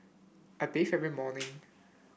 I bathe every morning